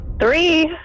Three